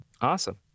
Awesome